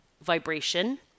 vibration